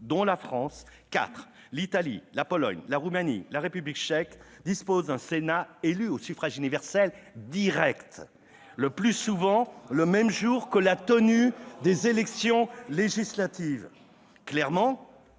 dont la France, quatre- l'Italie, la Pologne, la Roumanie et la République tchèque -disposent d'un sénat élu au suffrage universel direct, le plus souvent le même jour que la tenue des élections législatives.